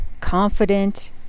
confident